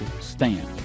Stand